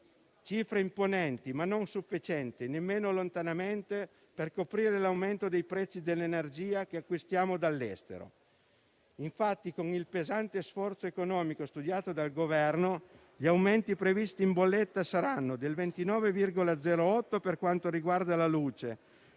cifre imponenti, ma nemmeno lontanamente sufficienti per coprire l'aumento dei prezzi dell'energia che acquistiamo dall'estero. Infatti, con il pesante sforzo economico studiato dal Governo gli aumenti previsti in bolletta saranno del 29,08 per cento per la luce